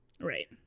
right